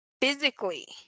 physically